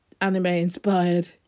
anime-inspired